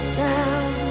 down